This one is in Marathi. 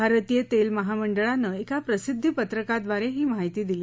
भारतीय तेल महामंडळानं एका प्रसिद्वीपत्रकाड्वारे ही माहिती दिली